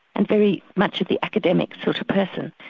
and very much of the academic sort of person,